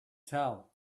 tell